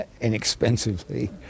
inexpensively